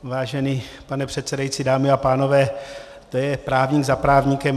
Vážený pane předsedající, dámy a pánové, to je právník za právníkem.